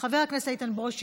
חבר הכנסת מאיר כהן,